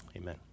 Amen